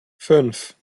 fünf